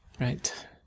Right